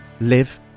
live